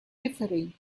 referring